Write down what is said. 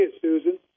Susan